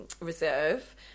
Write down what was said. reserve